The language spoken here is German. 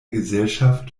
gesellschaft